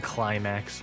Climax